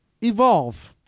Evolve